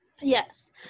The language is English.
Yes